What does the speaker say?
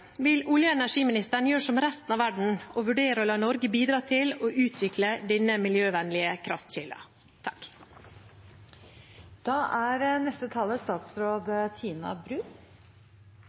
Vil olje- og energiministeren gjøre som resten av verden og vurdere å la Norge bidra til å utvikle denne miljøvennlige